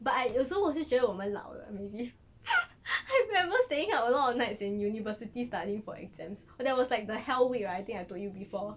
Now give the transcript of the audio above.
but I 有时我是觉得我们老了 maybe I remember staying up a lot of nights in university studying for exams there was like the hell week right I think I told you before